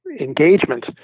engagement